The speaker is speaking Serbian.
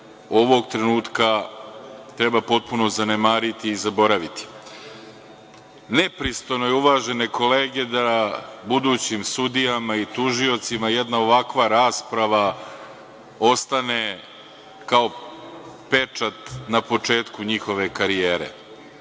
ovog trenutka treba potpuno zanemariti i zaboraviti. Nepristojno je, uvažene kolege, da budućim sudijama i tužiocima jedna ovakva rasprava ostane kao pečat na početku njihove karijere. Niko